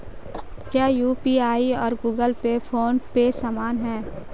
क्या यू.पी.आई और Google Pay PhonePe समान हैं?